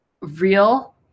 real